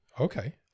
okay